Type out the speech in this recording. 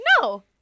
no